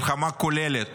מלחמה כוללת